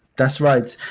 that's right.